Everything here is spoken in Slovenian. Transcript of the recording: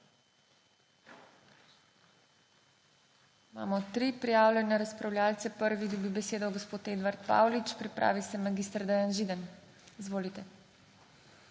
Imamo tri prijavljene razpravljavce. Prvi dobi besedo gospod Edvard Paulič. Pripravi se mag. Dejan Židan. Izvolite.